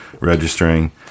registering